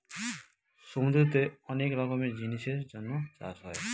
সমুদ্রতে অনেক রকমের জিনিসের জন্য চাষ হয়